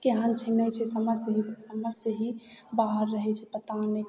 केहन छै नहि छै समझसे ही समझसे ही बाहर रहै छै पता नहि